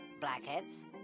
blackheads